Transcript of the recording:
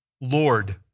Lord